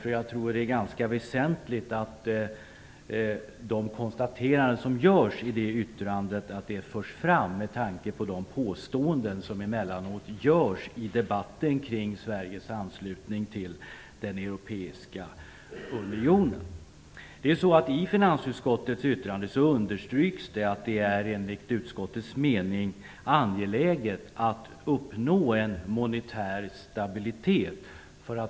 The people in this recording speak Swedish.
Jag tror nämligen att det är ganska väsentligt att de konstateranden som görs i yttrandet förs fram, med tanke på de påståenden som emellanåt görs i debatten kring Sveriges anslutning till den europeiska unionen. I finansutskottets yttrande understryks att det enligt utskottets mening är angeläget att uppnå en monetär stabilitet.